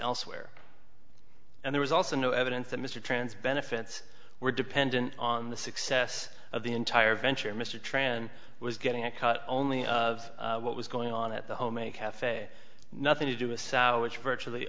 elsewhere and there was also no evidence that mr trans benefits were dependent on the success of the entire venture mr tran was getting a cut only of what was going on at the home a cafe nothing to do with which virtually